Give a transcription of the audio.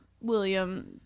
William